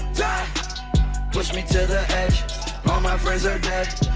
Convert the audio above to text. die push me to the edge all my friends are dead,